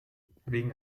wegen